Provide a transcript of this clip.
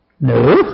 No